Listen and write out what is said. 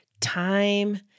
time